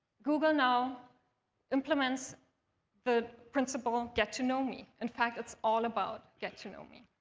google now implements the principle get to know me. in fact, it's all about get to know me.